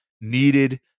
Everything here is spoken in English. needed